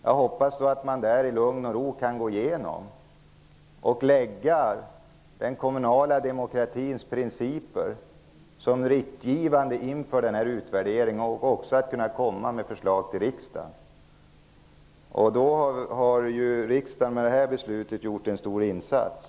Jag hoppas att man i lugn och ro kan gå igenom materialet, låta den kommunala demokratins principer vara riktgivande för utvärderingen och komma med förslag till riksdagen. Riksdagen har då med detta beslut gjort en stor insats.